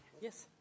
Yes